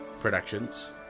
Productions